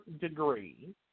degree